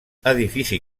edifici